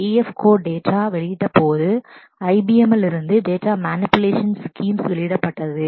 F Codd data data வெளியிட்டபோது IBMல் இருந்து டேட்டா மேனிபுலேடின் data manipulation ஸ்கிம்ஸ் schemes வெளியிடப்பட்டது